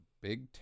big